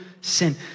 sin